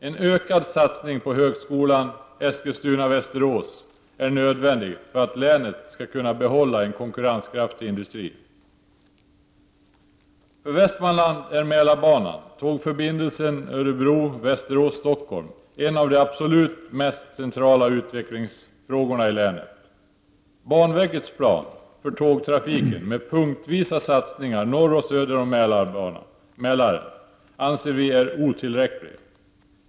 En ökad satsning på högskolan Eskilstuna/Västerås är nödvändig för att länet skall kunna behålla en konkurrenskraftig industri. För Västmanland är Mälarbanan, tågförbindelsen Örebro—Västerås—Stockholm, en av de absolut mest centrala utvecklingsfrågorna i länet. Banverkets plan för tågtrafiken med punktvisa satsningar norr och söder om Mälaren anser vi otillräcklig.